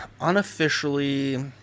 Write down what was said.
unofficially